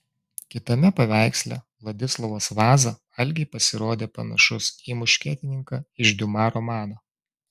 kitame paveiksle vladislovas vaza algei pasirodė panašus į muškietininką iš diuma romano